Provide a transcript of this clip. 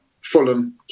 Fulham